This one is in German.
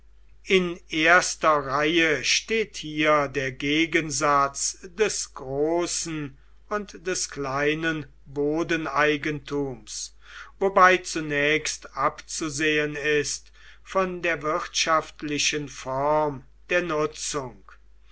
in erster reihe steht hier der gegensatz des großen und des kleinen bodeneigentums wobei zunächst abzusehen ist von der wirtschaftlichen form der nutzung